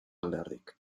alderdik